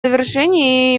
завершения